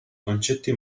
concetti